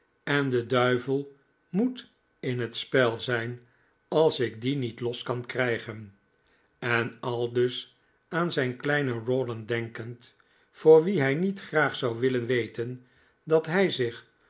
en de duivel moet in het spel zijn als ik die niet los kan krijgen en aldus aan zijn kleinen rawdon denkend voor wien hij niet graag zou willen weten dat hij zich